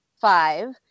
five